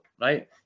right